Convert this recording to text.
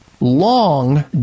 long